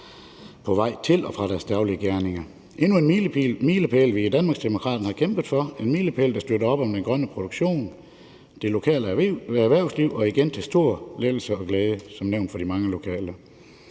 på vej til og fra deres daglige gerninger. Det er endnu en milepæl, vi i Danmarksdemokraterne har kæmpet for, og en milepæl, der støtter op om den grønne produktion og det lokale erhvervsliv. Og det er igen som nævnt til stor lettelse og glæde for de mange lokale.